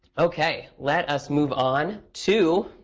ok. let us move on to